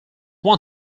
one